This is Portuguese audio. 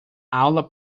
aula